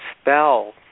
spell